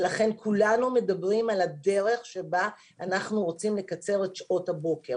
ולכן כולנו מדברים על הדרך שבה אנחנו רוצים לקצר את שעות הבוקר.